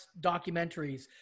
documentaries